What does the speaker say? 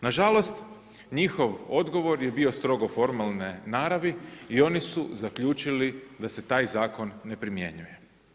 Nažalost, njihov odgovor je bio strogo formalne naravi i oni su zaključili da se taj zakon ne primjenjuje.